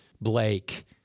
Blake